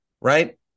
right